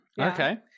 Okay